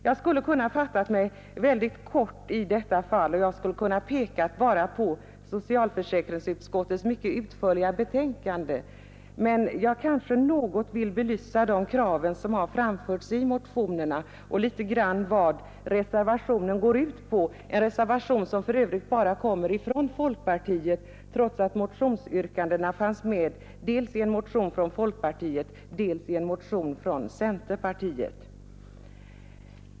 Jag skulle ha kunnat fatta mig mycket kort i detta fall och hade kunnat inskränka mig till att peka på socialförsäkringsutskottets mycket utförliga betänkande, men jag kanske något vill belysa de krav som framförts i motionen och litet grand beröra vad reservationen går ut på, en reservation som för övrigt bara kommer från folkpartiet, trots att motionsyrkandena fanns med dels i en motion från folkpartiet, dels i en motion från centerpartiet.